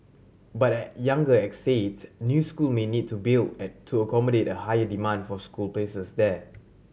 but at younger estates new school may need to built at to accommodate a higher demand for school places there